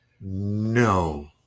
No